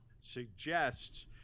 suggests